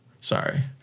sorry